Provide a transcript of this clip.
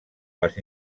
les